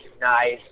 nice